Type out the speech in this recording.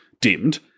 dimmed